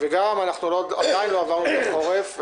וגם עדיין לא עברנו את החורף,